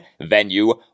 venue